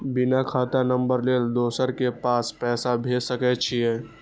बिना खाता नंबर लेल दोसर के पास पैसा भेज सके छीए?